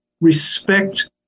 respect